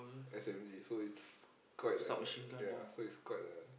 S_M_G so it's quite a ya so it's quite a